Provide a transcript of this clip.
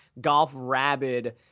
golf-rabid